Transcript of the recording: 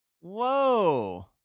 Whoa